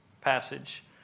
passage